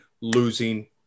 losing